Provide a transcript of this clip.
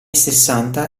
sessanta